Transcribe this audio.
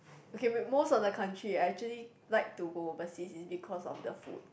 okay but most of the country I actually like to go overseas is because of the food